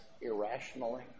irrationally